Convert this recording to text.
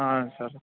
సరే